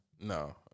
No